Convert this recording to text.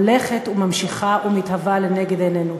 הולכת וממשיכה ומתהווה לנגד עינינו.